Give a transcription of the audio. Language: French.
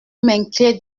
m’inquiète